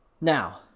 Now